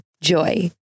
Joy